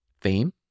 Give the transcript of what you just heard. fame